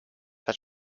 las